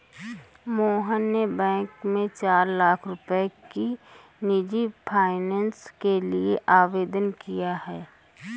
मोहन ने बैंक में चार लाख रुपए की निजी फ़ाइनेंस के लिए आवेदन किया है